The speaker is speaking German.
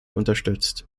unterstützt